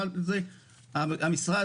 המשרד,